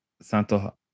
Santo